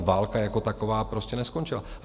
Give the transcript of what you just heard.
Válka jako taková prostě neskončila.